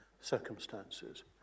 circumstances